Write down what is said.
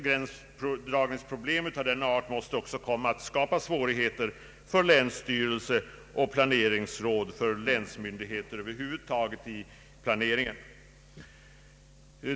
Gränsdragningsproblem av denna art måste också komma att skapa svårigheter för läns styrelse och planeringsnämnd — för länsmyndigheter över huvud taget — i planeringen.